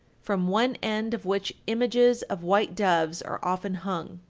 from one end of which images of white doves are often hung.